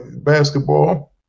basketball